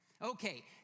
Okay